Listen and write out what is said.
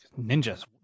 Ninjas